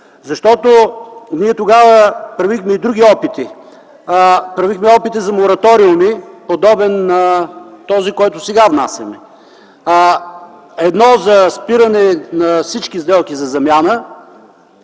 „Атака”. Ние тогава правихме и други опити. Правихме опити за мораториуми, подобен на този, който сега внасяме – едно, за спиране на всички сделки за замяна.